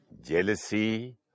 Jealousy